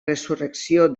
resurrecció